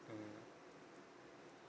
mmhmm